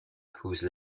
whose